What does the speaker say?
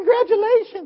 congratulations